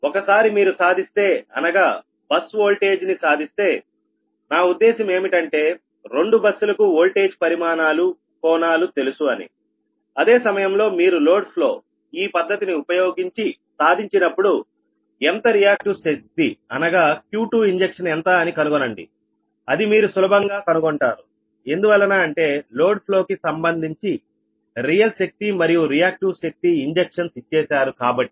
ఒకసారి మీరు సాధిస్తే అనగా బస్ వోల్టేజ్ ని సాధిస్తే నా ఉద్దేశం ఏమిటంటే రెండు బస్సులకు వోల్టేజ్ పరిమాణాలు కోణాలు తెలుసు అని అదే సమయంలో మీరు లోడ్ ఫ్లో ఈ పద్ధతిని ఉపయోగించి సాధించినప్పుడు ఎంత రియాక్టివ్ శక్తి అనగా Q2ఇంజక్షన్ ఎంత అని కనుగొనండి అది మీరు సులభంగా కనుగొంటారు ఎందువలన అంటే లోడ్ ఫ్లో కి సంబంధించి రియల్ శక్తి మరియు రియాక్టివ్ శక్తి ఇంజక్షన్స్ ఇచ్చేశారు కాబట్టి